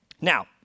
Now